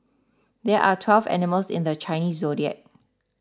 there are twelve animals in the Chinese zodiac